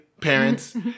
parents